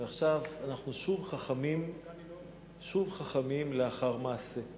עכשיו אנחנו שוב חכמים לאחר מעשה.